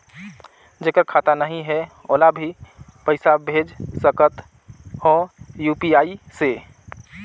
जेकर खाता नहीं है ओला भी पइसा भेज सकत हो यू.पी.आई से?